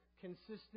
consistent